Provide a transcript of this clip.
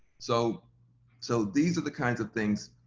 so so these are the kinds of things,